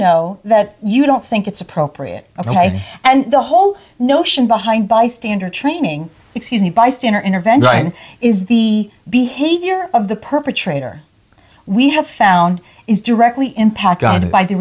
know that you don't think it's appropriate ok and the whole notion behind bystander training excuse me bystander intervention is the behavior of the perpetrator we have found is directly impact guided by the